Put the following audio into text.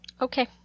Okay